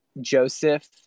Joseph